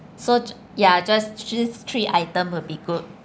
so ya just just three items will be good